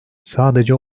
sadece